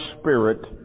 spirit